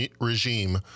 regime